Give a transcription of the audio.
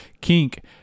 kink